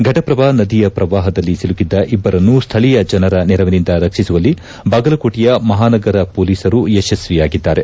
ಫಟ್ಟಪ್ರಭಾ ನದಿಯ ಪ್ರವಾಪದಲ್ಲಿ ಸಿಲುಕಿದ್ದ ಇಬ್ಬರನ್ನು ಶ್ಠೀಯ ಜನರ ನೆರವಿನಿಂದ ರಕ್ಷಿಸುವಲ್ಲಿ ಬಾಗಲಕೋಟೆಯ ಮಹಾನಗರ ಹೊಲೀಸರು ಯಶಸ್ವಿಯಾಗಿದ್ದಾರೆ